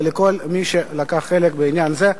ולכל מי שלקח חלק בעניין זה.